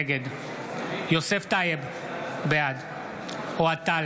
נגד יוסף טייב, בעד אוהד טל,